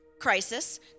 crisis